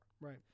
Right